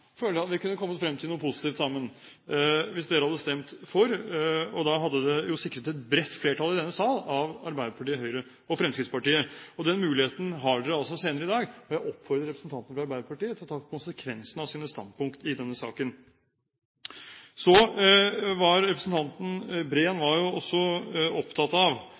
at vi kunne ha kommet frem til noe positivt sammen hvis de hadde stemt for, og da hadde det sikret et bredt flertall i denne salen av Arbeiderpartiet, Høyre og Fremskrittspartiet. Den muligheten har de altså senere i dag. Jeg oppfordrer representantene fra Arbeiderpartiet til å ta konsekvensene av sine standpunkter i denne saken. Så var representanten Breen også opptatt av